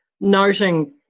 noting